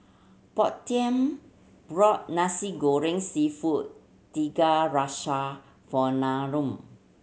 portia bought Nasi Goreng Seafood Tiga Rasa for